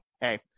hey